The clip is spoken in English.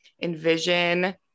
envision